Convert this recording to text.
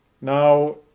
Now